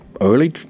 early